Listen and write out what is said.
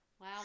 wow